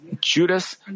Judas